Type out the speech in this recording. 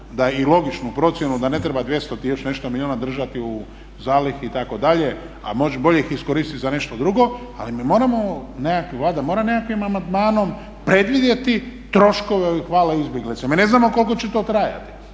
i logičnu procjenu da ne treba 200 i još nešto milijuna držati u zalihi itd., a može ih bolje iskoristiti za nešto drugo, ali moramo valjda nekakvim amandmanom predvidjeti troškove ovih vala izbjeglica. Mi ne znamo koliko će to trajati.